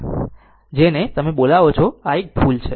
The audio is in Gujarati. તેથી અહીં તે છે જેને તમે બોલાવો છો આ એક ભૂલ છે